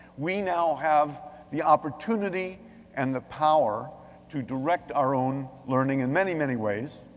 we now have the opportunity and the power to direct our own learning in many, many ways.